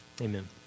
Amen